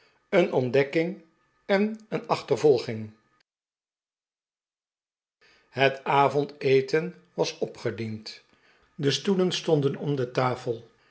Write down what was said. een ontdekking en een achtervolging het avondeten was opgediend de stoelen stonden om de tafel